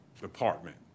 department